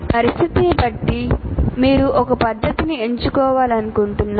పరిస్థితిని బట్టి మీరు ఒక పద్ధతిని ఎంచుకోవాలనుకుంటున్నారు